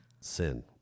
sin